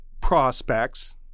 prospects